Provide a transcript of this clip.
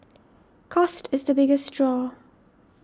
cost is the biggest draw